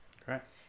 correct